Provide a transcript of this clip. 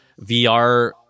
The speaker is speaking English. VR